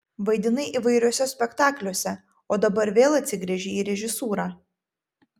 vaidinai įvairiuose spektakliuose o dabar vėl atsigręžei į režisūrą